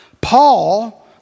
Paul